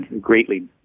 greatly